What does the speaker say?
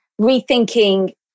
rethinking